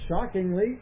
shockingly